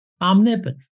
omnipotent